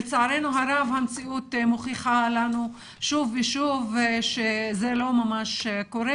לצערנו הרב המציאות מוכיחה לנו שוב ושוב שזה לא ממש קורה